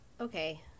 Okay